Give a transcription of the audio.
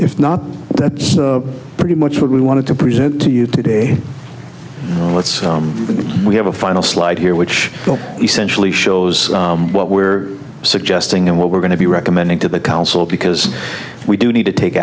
if not that's pretty much what we want to present to you today and let's we have a final slide here which essentially shows what we're suggesting and what we're going to be recommending to the council because we do need to take